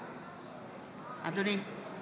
מצביע מיקי לוי,